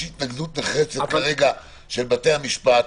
יש התנגדות נחרצת כרגע של בתי המשפט,